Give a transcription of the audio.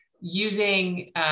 using